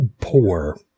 poor